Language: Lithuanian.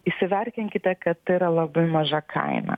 įsiverkinkite kad tai yra labai maža kaina